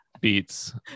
beats